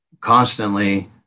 constantly